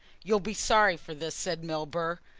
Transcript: you'll be sorry for this, said milburgh.